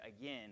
again